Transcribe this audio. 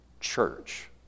church